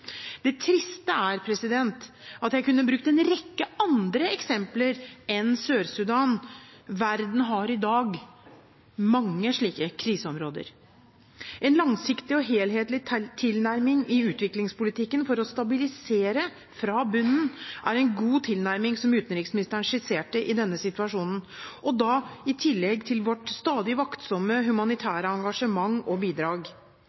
Det triste er at jeg kunne brukt en rekke andre eksempler enn Sør-Sudan. Verden har i dag mange slike kriseområder. En langsiktig og helhetlig tilnærming i utviklingspolitikken for å stabilisere – fra bunnen – er en god tilnærming, som utenriksministeren skisserte i denne situasjonen, og da i tillegg til vårt stadig vaktsomme humanitære engasjement og bidrag.